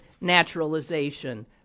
naturalization